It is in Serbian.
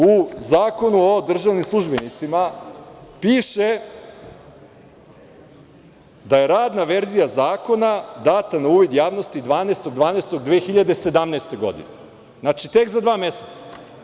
U Zakonu o državnim službenicima piše da je radna verzija zakona data na uvid javnosti 12. decembra 2017. godine, znači tek za dva meseca.